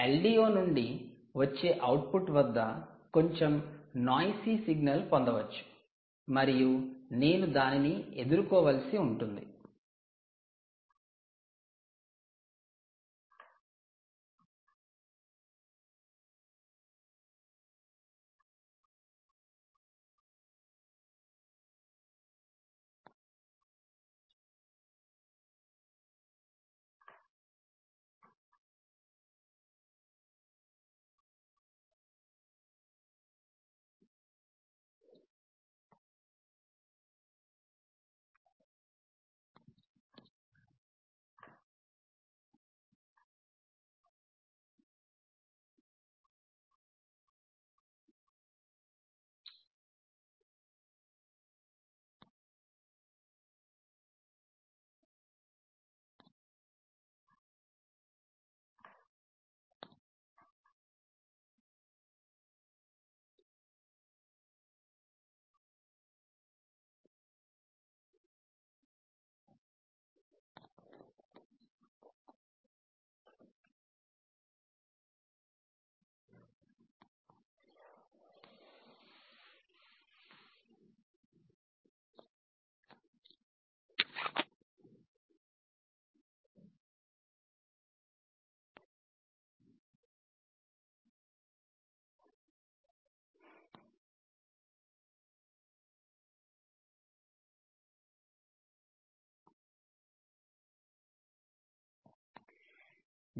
LDO నుండి వచ్చే output వద్ద కొంచెం నాయిసి సిగ్నల్ పొందవచ్చు మరియు నేను దానిని ఎదుర్కోవలసి ఉంటుంది